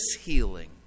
healing